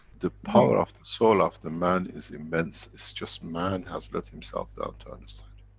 the power of the soul of the man is immense, it's just man has let himself down to understand.